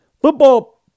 Football